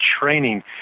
training